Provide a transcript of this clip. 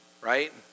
right